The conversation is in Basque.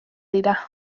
dira